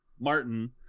Martin